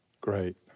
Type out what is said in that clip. Great